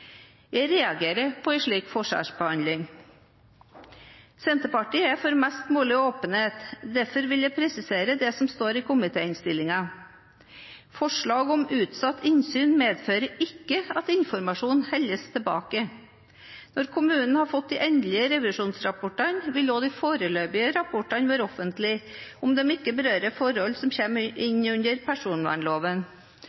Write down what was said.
Jeg reagerer på en slik forskjellsbehandling. Senterpartiet er for mest mulig åpenhet. Derfor vil jeg presisere det som står i komitéinnstillingen: Forslag om utsatt innsyn medfører ikke at informasjon holdes tilbake. Når kommunene har fått de endelige revisjonsrapportene, vil også de foreløpige rapportene være offentlige om de ikke berører forhold som